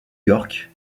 york